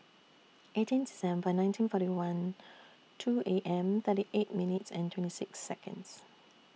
eighteen December nineteen forty one two A M thirty eight minutes and twenty six Seconds